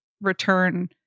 return